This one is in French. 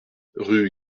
rue